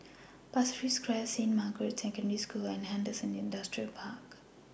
Pasir Ris Crest Saint Margaret's Secondary School and Henderson Industrial Park